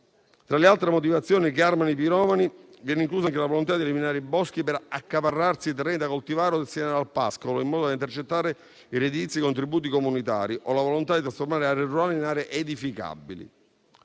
Tra le altre motivazioni che armano i piromani viene inclusa anche la volontà di eliminare i boschi per accaparrarsi terreni da coltivare o destinare al pascolo, in modo da intercettare i redditizi contributi comunitari o la volontà di trasformare aree rurali in aree edificabili.